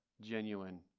genuine